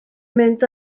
mynd